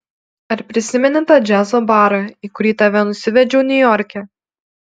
ar prisimeni tą džiazo barą į kurį tave nusivedžiau niujorke